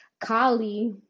Kali